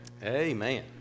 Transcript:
Amen